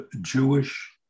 Jewish